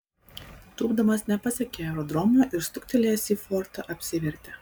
tūpdamas nepasiekė aerodromo ir stuktelėjęs į fortą apsivertė